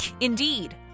indeed